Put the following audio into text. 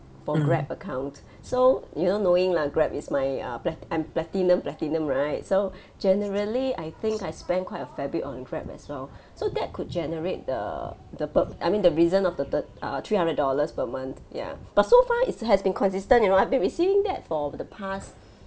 for Grab account so you know knowing lah Grab is my uh plat~ I'm platinum platinum right so generally I think I spend quite a fair bit on Grab as well so that could generate the the pu~ I mean the reason of the thir~ uh three hundred dollars per month ya but so far it has been consistent you know I've been receiving that for the past